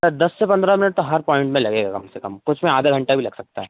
sir दस से पन्द्रह मिनट तो हर पॉइन्ट में लगेगा कम से कम कुछ में आधा घण्टा भी लग सकता है